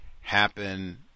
happen